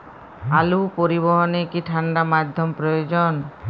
আলু পরিবহনে কি ঠাণ্ডা মাধ্যম প্রয়োজন?